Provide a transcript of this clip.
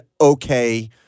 okay